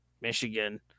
Michigan